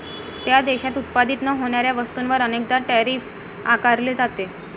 त्या देशात उत्पादित न होणाऱ्या वस्तूंवर अनेकदा टैरिफ आकारले जाते